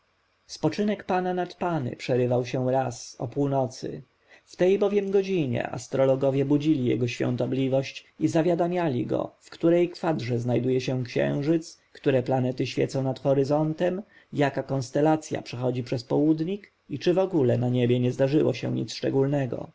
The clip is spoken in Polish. spoczynek pana nad pany przerywał się raz o północy w tej bowiem godzinie astrologowie budzili jego świątobliwość i zawiadamiali go w której kwadrze znajduje się księżyc które planety świecą nad horyzontem jaka konstelacja przechodzi przez południk i czy wogóle na niebie nie zdarzyło się nic szczególnego